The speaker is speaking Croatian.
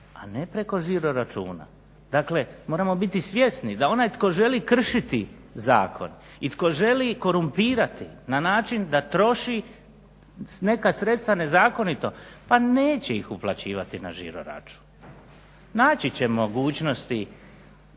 a ne preko žiroračuna. Dakle, moramo biti svjesni da onaj tko želi kršiti zakon i tko želi korumpirati na način da troši neka sredstva nezakonito pa neće ih uplaćivati na žiro-račun, naći će mogućnosti